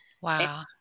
Wow